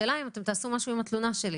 השאלה היא האם אתם תעשו משהו עם התלונה שלי.